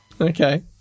Okay